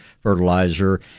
fertilizer